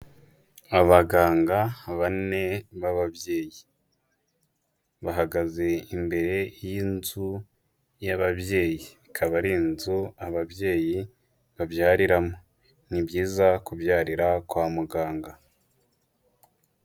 Abaganga bane b'ababyeyi. Bahagaze imbere y'inzu y'ababyeyi. Ikaba ari inzu ababyeyi babyariramo. Ni byiza kubyarira kwa muganga.